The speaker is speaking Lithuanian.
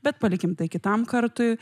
bet palikim tai kitam kartui